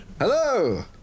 Hello